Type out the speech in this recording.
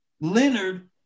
Leonard